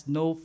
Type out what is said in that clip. no